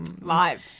Live